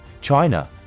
china